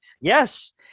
Yes